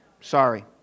Sorry